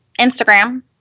Instagram